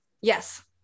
Yes